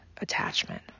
attachment